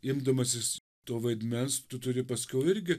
imdamasis to vaidmens tu turi paskiau irgi